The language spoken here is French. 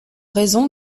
raison